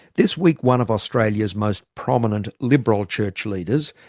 this week one of australia's most prominent liberal church leaders,